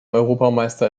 europameister